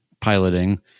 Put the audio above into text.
piloting